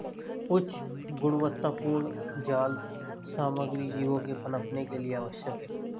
उच्च गुणवत्तापूर्ण जाल सामग्री जीवों के पनपने के लिए आवश्यक है